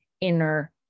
inner